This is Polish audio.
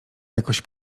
jakoś